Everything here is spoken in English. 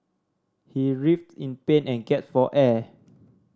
he writhed in pain and gasped for air